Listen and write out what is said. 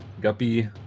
Guppy